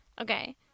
Okay